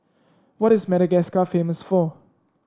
what is Madagascar famous for